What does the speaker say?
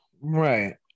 Right